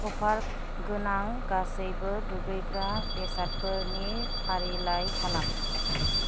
अफार गोनां गासैबो दुगैग्रा बेसादफोरनि फारिलाइ खालाम